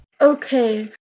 Okay